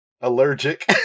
allergic